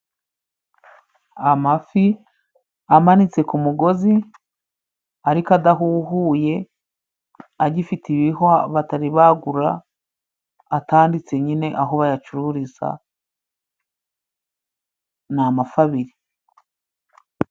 Amafi amanitse ku mugozi ariko adahuhuye agifite ibihwa batari bagura atanditse nyine aho bayacururiza, ni amafi abiri.